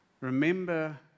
remember